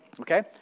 okay